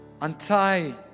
untie